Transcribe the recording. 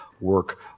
work